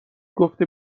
گفته